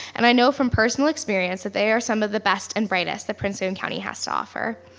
and i know from personal experience that they are some of the best and brightest that prince william county has to offer.